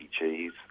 cheese